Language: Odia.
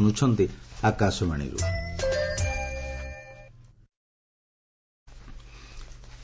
ଇଡ଼ି ନାଏକ